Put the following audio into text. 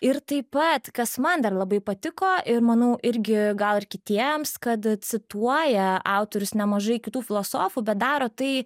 ir taip pat kas man dar labai patiko ir manau irgi gal ir kitiems kad cituoja autorius nemažai kitų filosofų bet daro tai